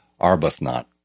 Arbuthnot